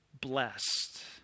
blessed